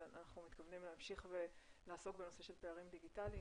אבל אנחנו מתכוונים להמשיך ולעסוק בנושא של פערים דיגיטליים,